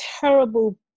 terrible